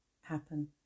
happen